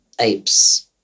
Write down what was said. apes